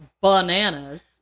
bananas